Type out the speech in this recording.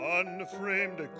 unframed